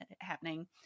happening